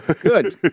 Good